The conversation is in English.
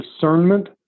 discernment